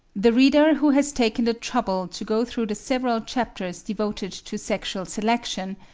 the reader who has taken the trouble to go through the several chapters devoted to sexual selection,